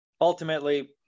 Ultimately